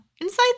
Inside